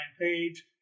page